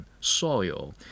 soil